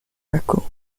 records